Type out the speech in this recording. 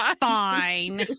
Fine